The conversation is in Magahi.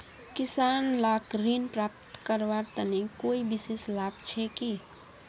किसान लाक ऋण प्राप्त करवार तने कोई विशेष लाभ छे कि?